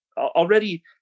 already